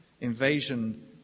invasion